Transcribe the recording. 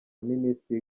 minisitiri